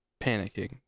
panicking